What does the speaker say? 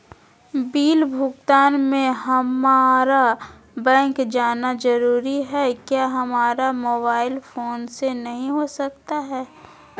Bill भुगतान में हम्मारा बैंक जाना जरूर है क्या हमारा मोबाइल फोन से नहीं हो सकता है?